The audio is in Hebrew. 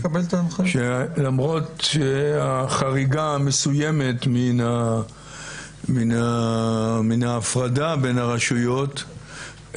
למרות החריגה המסוימת מן ההפרדה בין הרשויות,